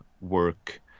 work